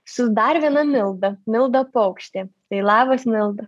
su dar viena milda milda paukštė tai labas milda